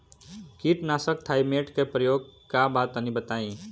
कीटनाशक थाइमेट के प्रयोग का बा तनि बताई?